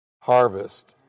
harvest